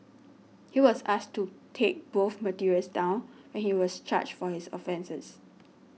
he was asked to take both materials down when he was charged for his offences